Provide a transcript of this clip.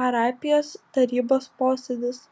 parapijos tarybos posėdis